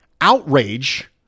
Outrage